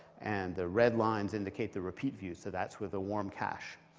and the red lines indicate the repeat view, so that's with a warm cache.